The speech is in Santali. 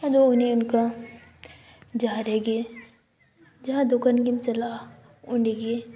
ᱟᱫᱚ ᱩᱱᱤ ᱚᱱᱠᱟ ᱡᱟᱦᱟᱸ ᱨᱮᱜᱮ ᱡᱟᱦᱟᱸ ᱫᱚᱠᱟᱱ ᱜᱮᱢ ᱪᱟᱞᱟᱜᱼᱟ ᱚᱸᱰᱮᱜᱮ